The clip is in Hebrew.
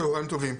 צהרים טובים,